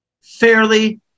fairly